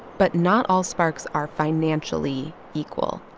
but not all sparks are financially equal.